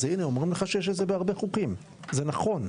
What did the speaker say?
אומרים לך שיש את זה בהרבה חוקים; זה נכון.